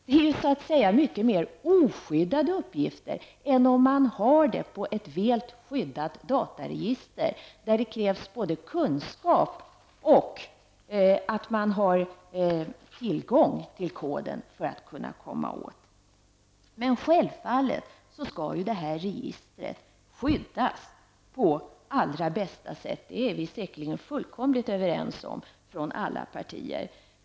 Dessa uppgifter är mycket mer oskyddade än om man har dem i ett väl skyddat dataregister, som det krävs både kunskap och tillgång till en kod för att kunna komma åt. Men självfallet skall detta register skötas på allra bästa sätt. Det är vi säkerligen fullkomligt överens om från alla partier.